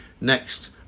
next